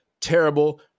terrible